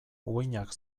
uhinak